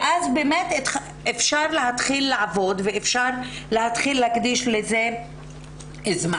ואז באמת אפשר יהיה להתחיל לעבוד ולהקדיש לזה זמן.